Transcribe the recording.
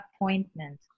appointment